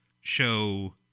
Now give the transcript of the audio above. show